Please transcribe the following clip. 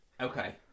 Okay